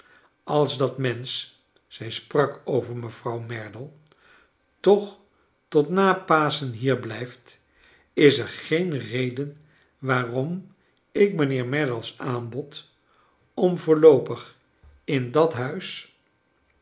als dat mensch zij sprak over mevrouw merdle toch tot na paschen hier blijft is er geen reden waarom ik mijnheer merdle's aanbod om voorloopig in dat huis